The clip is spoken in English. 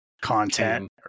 content